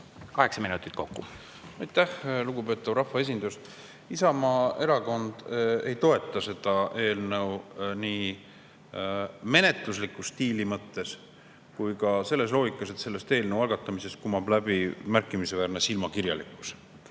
Kaheksa minutit kokku.